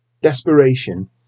Desperation